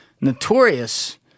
notorious